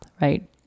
right